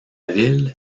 ville